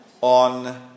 on